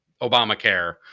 Obamacare